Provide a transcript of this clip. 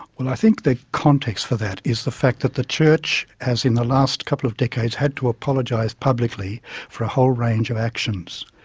well i think the context for that is the fact that the church has in the last couple of decades, had to apologise publicly for a whole range of actions.